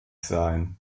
sein